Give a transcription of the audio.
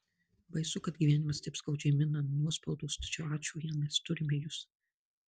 baisu kad gyvenimas taip skaudžiai mina ant nuospaudos tačiau ačiū jam mes turime jus